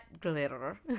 Glitter